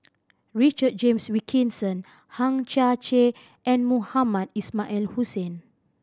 Richard James Wilkinson Hang Chang Chieh and Mohamed Ismail Hussain